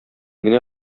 генә